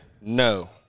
No